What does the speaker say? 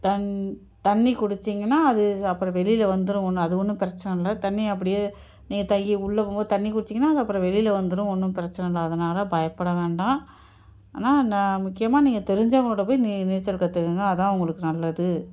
தண் தண்ணி குடித்தீங்கன்னா அது ஸ் அப்புறம் வெளியில் வந்துடும் ஒன்னும் அது ஒன்றும் பிரச்சனை இல்லை தண்ணி அப்படியே நீங்கள் தையி உள்ளே போகும் போது தண்ணி குடித்தீங்கன்னா அது அப்புறம் வெளியில் வந்துடும் ஒன்றும் பிரச்சனை இல்லை அதனால் பயப்பட வேண்டாம் ஆனால் நான் முக்கியமாக நீங்கள் தெரிஞ்சவங்களோடு போய் நீ நீச்சல் கற்றுக்கங்க அதுதான் உங்களுக்கு நல்லது